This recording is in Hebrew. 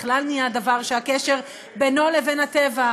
זה בכלל נהיה דבר שהקשר בינו לבין הטבע,